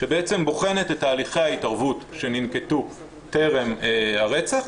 שבעצם בוחנת את תהליכי ההתערבות שננקטו טרם רצח,